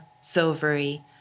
silvery